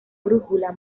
brújula